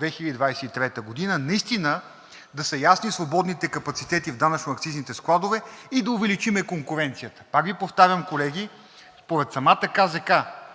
2023 г. наистина да са ясни свободните капацитети в данъчно-акцизните складове и да увеличим конкуренцията. Пак Ви повтарям, колеги, според самата КЗК,